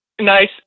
nice